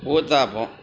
uttapam